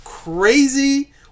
Crazy